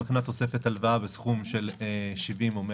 שמקנה תוספת הלוואה בסכום של 70,000 או 100,000,